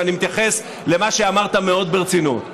ואני מתייחס למה שאמרת מאוד ברצינות: